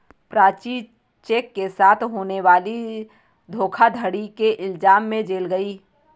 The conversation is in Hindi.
प्राची चेक के साथ होने वाली धोखाधड़ी के इल्जाम में जेल गई